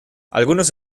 algunos